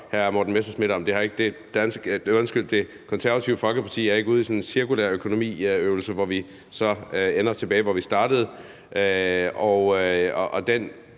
hr. Morten Messerschmidt om, at Det Konservative Folkeparti ikke er ude i sådan en cirkulær økonomi-øvelse, hvor vi så ender tilbage, hvor vi startede.